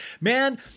man—